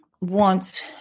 wants